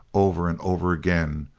over and over again,